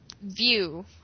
view